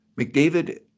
McDavid